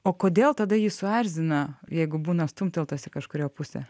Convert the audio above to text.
o kodėl tada jį suerzina jeigu būna stumteltas į kažkurią pusę